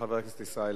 חבר הכנסת ישראל אייכלר,